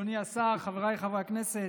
אדוני השר, חבריי חברי הכנסת,